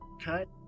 cut